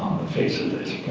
face of this